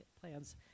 plans